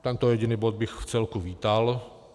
Tento jediný bod bych vcelku vítal.